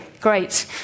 Great